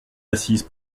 assise